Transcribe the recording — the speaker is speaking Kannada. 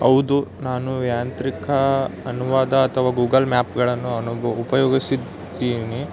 ಹೌದು ನಾನು ಯಾಂತ್ರಿಕ ಅನುವಾದ ಅಥವಾ ಗೂಗಲ್ ಮ್ಯಾಪ್ಗಳನ್ನು ಅನುಬೋ ಉಪಯೋಗಿಸಿದ್ದೀನಿ